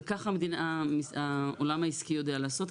וכך העולם העסקי יודע לעשות.